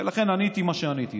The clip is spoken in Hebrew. ולכן עניתי מה שעניתי.